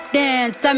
dance